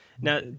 Now